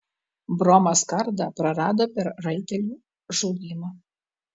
bromas kardą prarado per raitelių žlugimą